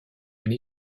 une